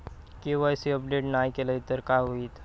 KYC update नाय केलय तर काय होईत?